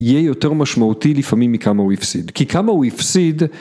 יהיה יותר משמעותי לפעמים מכמה הוא הפסיד. כי כמה הוא הפסיד